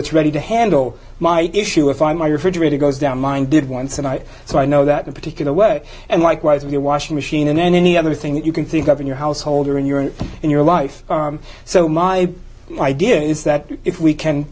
it's ready to handle my issue if i my refrigerator goes down mine did once and i so i know that a particular way and likewise your washing machine and any other thing that you can think of in your household or in your or in your life so my idea is that if we can